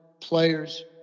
players